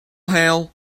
hail